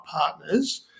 partners